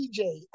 DJ